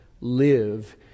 live